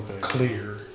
clear